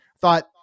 thought